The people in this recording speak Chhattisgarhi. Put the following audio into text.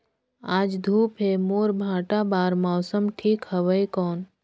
आज धूप हे मोर भांटा बार मौसम ठीक हवय कौन?